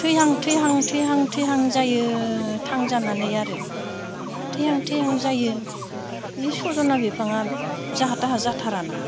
थैहां थैहां थैहां थैहां जायो थांजानानै आरो थैहां थैहां जायो बै सजना बिफाङा जाहा थाहा जाथारा ना